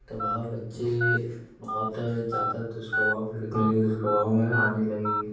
तो वह बच्चे बहुत ज़्यादा दुष्प्रभाव फिर टेक्नोलोजी के दुस्प्रभाव में आने लगेंगे